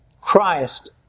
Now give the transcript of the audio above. Christ